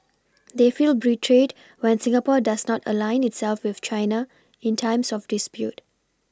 they feel betrayed when Singapore does not align itself with China in times of dispute